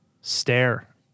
stare